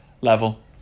level